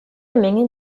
menge